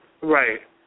Right